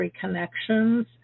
connections